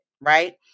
right